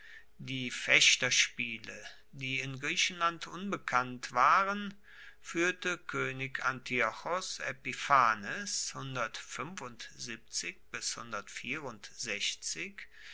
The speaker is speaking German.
die fechterspiele die in griechenland unbekannt waren fuehrte koenig antiochos epiphanes